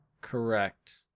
Correct